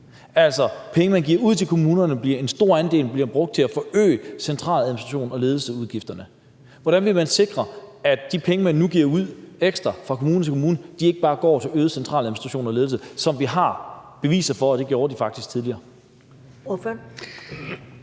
af de penge, man giver ud til kommunerne, bliver en stor andel brugt til at forøge centraladministrations- og ledelsesudgifterne med. Hvordan vil man sikre, at de penge, man nu giver ud ekstra fra kommune til kommune, ikke bare går til øget centraladministration og ledelse, hvilket vi har beviser for at de faktisk gjorde tidligere? Kl.